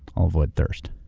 i'll avoid thirst.